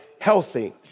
healthy